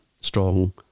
strong